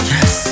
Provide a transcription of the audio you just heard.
Yes